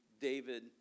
David